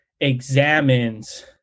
examines